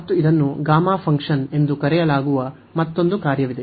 ಮತ್ತು ಇದನ್ನು gamma function ಎಂದು ಕರೆಯಲಾಗುವ ಮತ್ತೊಂದು ಕಾರ್ಯವಿದೆ